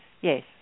Yes